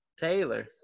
Taylor